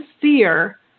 fear